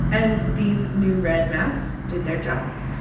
and these new redmaps did their job.